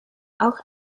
auch